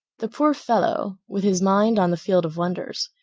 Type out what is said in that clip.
the poor fellow, with his mind on the field of wonders,